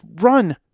run